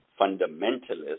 fundamentalists